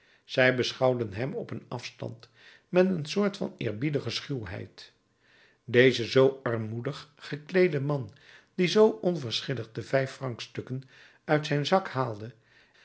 zij beschouwden hem op een afstand met een soort van eerbiedige schuwheid deze zoo armoedig gekleede man die zoo onverschillig de vijffrancsstukken uit zijn zak haalde